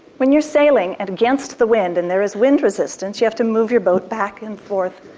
when you're sailing and against the wind and there is wind resistance, you have to move your boat back and forth,